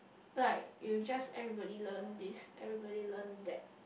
like you just everybody learn this everybody learn that